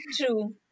True